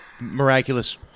miraculous